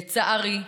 לצערי,